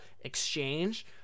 exchange